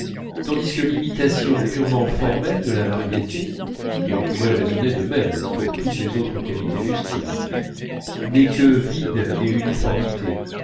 tandis que l'imitation purement formelle de la variété et on pourrait raisonner de même pour toutes les autres qualités du style n'est que vide et uniformité